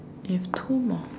have two more